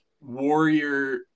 warrior